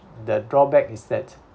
the drawback is that